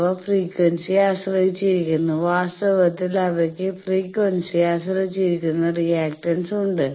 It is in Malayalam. അവ ഫ്രീക്വൻസിയെ ആശ്രയിച്ചിരിക്കുന്നു വാസ്തവത്തിൽ അവയ്ക്ക് ഫ്രീക്വൻസിയെ ആശ്രയിച്ചിരിക്കുന്ന റിയാക്റ്റൻസ് ഉണ്ട്